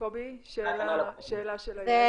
קובי, שאלה של איילת.